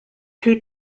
two